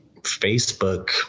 Facebook